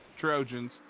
Trojans